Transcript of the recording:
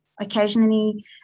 occasionally